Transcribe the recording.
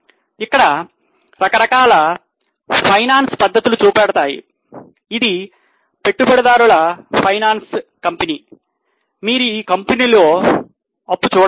ఇవి రకరకాల ఫైనాన్స్ పద్ధతులు చూపెడతాయి ఇది పెట్టుబడిదారుల ఫైనాన్స్ కంపెనీ మీరు ఈ కంపెనీలో అప్పు చూడలేరు